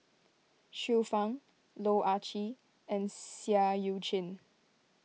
Xiu Fang Loh Ah Chee and Seah Eu Chin